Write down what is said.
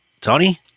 Tony